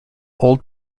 old